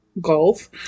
golf